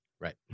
Right